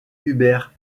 hubert